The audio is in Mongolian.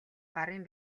гарын